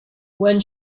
when